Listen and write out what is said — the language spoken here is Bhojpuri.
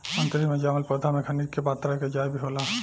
अंतरिक्ष में जामल पौधा में खनिज के मात्रा के जाँच भी होला